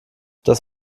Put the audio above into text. das